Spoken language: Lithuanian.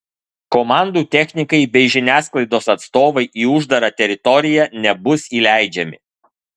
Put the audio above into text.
komandų technikai bei žiniasklaidos atstovai į uždarą teritoriją nebus įleidžiami